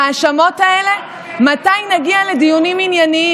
ליל החניונים.